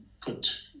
put